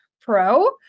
Pro